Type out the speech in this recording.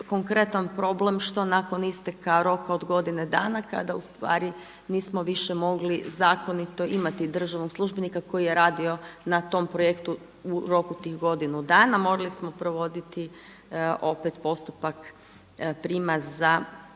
konkretan problem što nakon isteka roka od godine dana kada u stvari nismo više mogli zakonito imati državnog službenika koji je radio na tom projektu u roku tih godinu dana. Morali smo provoditi opet postupak prijema za to ili se